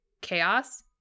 Chaos